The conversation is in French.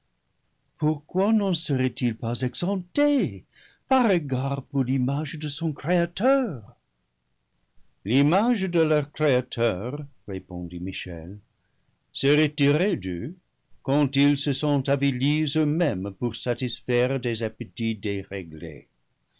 pourquoi n'en serait-il pas exempté par égard pour l'image de son créateur l'image de leur créateur répondit michel s'est retirée d'eux quand ils se sont avilis eux-mêmes pour satisfaire des appétits déréglés